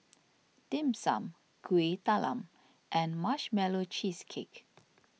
Dim Sum Kueh Talam and Marshmallow Cheesecake